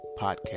podcast